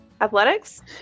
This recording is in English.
Athletics